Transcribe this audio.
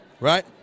right